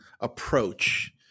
approach